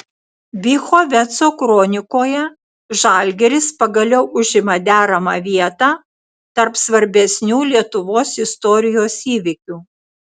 bychoveco kronikoje žalgiris pagaliau užima deramą vietą tarp svarbesnių lietuvos istorijos įvykių